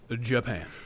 Japan